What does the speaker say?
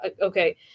okay